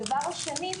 הדבר השני,